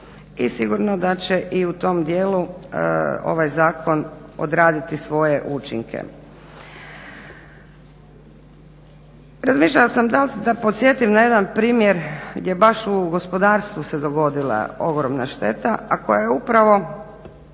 i sigurno da će i u tom dijelu ovaj zakon odraditi svoje učinke. Razmišljala sam dal da podsjetim na jedan primjer gdje baš u gospodarstvu se dogodila ogromna šteta, a koja je upravo